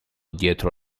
dietro